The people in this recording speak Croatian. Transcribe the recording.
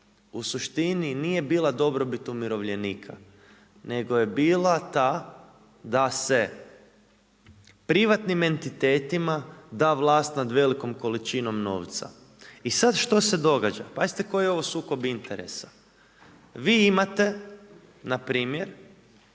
u suštini nije bila dobrobit umirovljenika nego je bila ta da se privatnim entitetima da vlast nad velikom količinom novca. I sada što se događa? Pazite koji je ovo sukob interes, vi imate npr.